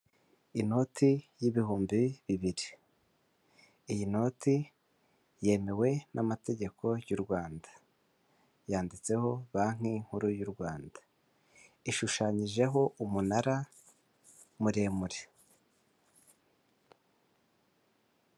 Inoti y'ibihumbi bibiri iyi noti yemewe n'amategeko y'u Rwanda yanditseho banki nkuru y'u Rwanda ishushanyijeho umunara muremure.